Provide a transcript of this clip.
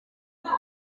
bwa